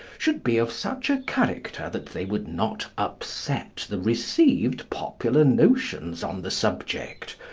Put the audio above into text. should be of such a character that they would not upset the received popular notions on the subject,